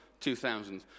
2000